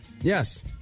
Yes